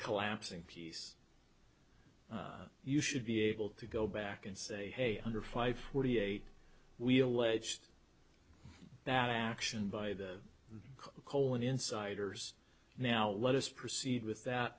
collapsing piece you should be able to go back and say hey under five forty eight we alleged now action by the colon insiders now let us proceed with that